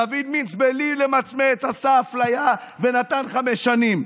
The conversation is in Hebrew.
ודוד מינץ בלי למצמץ עשה אפליה ונתן חמש שנים.